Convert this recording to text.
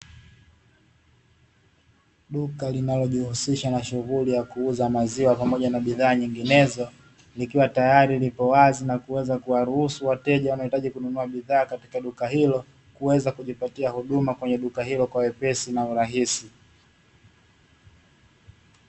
Duka linalojihusisha na shughuli ya kuuza maziwa pamoja na bidhaa nyinginezo, likiwa tayari liko wazi na kuweza kuwaruhusu wateja wanaohitaji kununua bidhaa katika duka hilo, kuweza kujipatia huduma kwenye duka hilo kwa wepesi na urahisi.